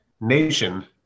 nation